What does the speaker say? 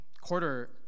quarter